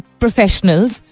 professionals